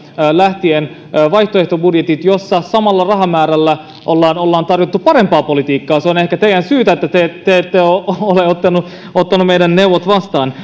lähtien vaihtoehtobudjetit joissa samalla rahamäärällä ollaan ollaan tarjottu parempaa politiikkaa se on ehkä teidän syytänne että te ette ette ole ole ottaneet meidän neuvojamme vastaan